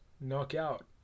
knockout